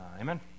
Amen